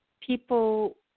people